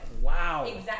Wow